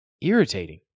Irritating